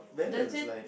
that's it